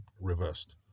reversed